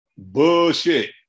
bullshit